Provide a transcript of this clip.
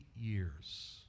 years